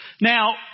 Now